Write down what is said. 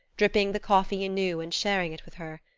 dripping the coffee anew and sharing it with her.